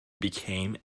became